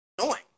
annoying